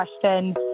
question